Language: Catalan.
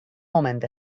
moment